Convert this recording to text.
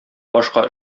башка